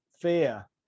fear